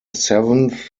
seventh